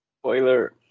Spoiler